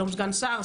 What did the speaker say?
שהיום הוא סגן שר,